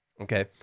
okay